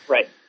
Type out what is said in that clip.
Right